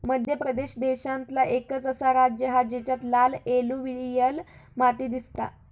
मध्य प्रदेश देशांतला एकंच असा राज्य हा जेच्यात लाल एलुवियल माती दिसता